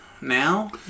now